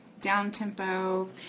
down-tempo